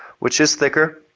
which is thicker.